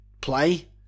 play